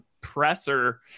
presser